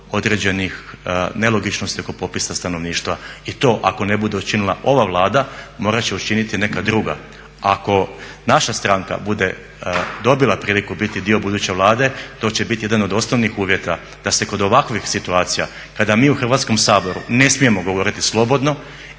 određenih nelogičnosti oko popisa stanovništva. I to ako ne bude učinila ova Vlada morat će učiniti neka druga. Ako naša stranka bude dobila priliku biti dio buduće Vlade to će biti jedan od osnovnih uvjeta da se kod ovakvih situacija kada mi u Hrvatskom saboru ne smijemo govoriti slobodno,